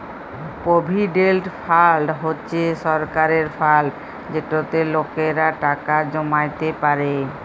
provident fund হছে সরকারের fund যেটতে লকেরা টাকা জমাইতে পারে